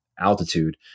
altitude